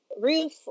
roof